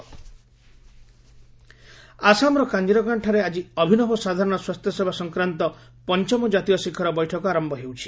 ନ୍ୟାଟ୍ ଆସାମ ଆସାମର କାଜିରଙ୍ଗାଠାରେ ଆଜି ଅଭିନବ ସାଧାରଣ ସ୍ୱାସ୍ଥ୍ୟସେବା ସଂକ୍ରାନ୍ତ ପଞ୍ଚମ ଜାତୀୟ ଶିଖର ବୈଠକ ଆରମ୍ଭ ହେଉଛି